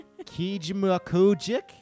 Kijimakujik